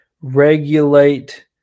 regulate